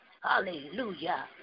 hallelujah